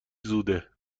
زوده